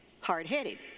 hard-headed